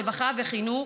ברווחה ובחינוך,